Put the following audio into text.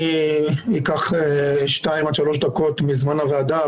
אקח שתיים עד שלוש דקות מזמן הוועדה,